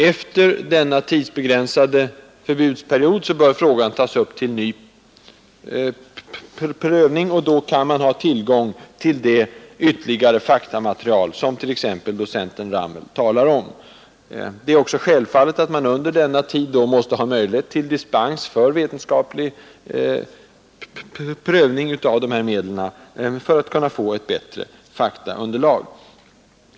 Efter denna förbudsperiod bör frågan tas upp till ny prövning, och då kan man ha tillgång till det ytterligare faktamaterial som t.ex. docenten Ramel talar om. Det är också självfallet att man under denna tid måste ha möjlighet till dispens för vetenskaplig prövning av de här medlen för att kunna få ett bättre underlag.